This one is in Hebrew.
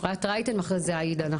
אפרת רייטן ואחרי זה עאידה,